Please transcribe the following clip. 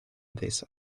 this